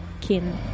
kin